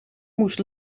moest